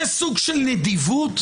זה סוג של נדיבות,